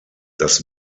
das